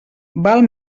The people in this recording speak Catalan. val